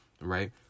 right